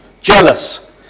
jealous